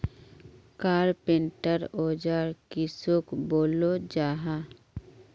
Carpenter औजार किसोक बोलो जाहा?